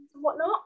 whatnot